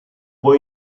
può